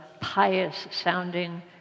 pious-sounding